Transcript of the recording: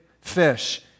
fish